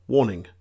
Warning